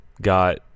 got